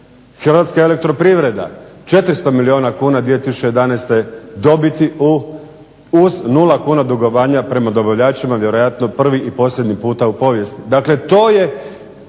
Hrvatska elektroprivreda 400 milijuna kuna 2011. dobiti uz 0 kuna dugovanja prema dobavljačima vjerojatno prvi i posljednji puta u povijesti.